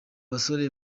basore